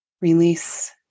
release